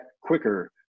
quicker